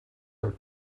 are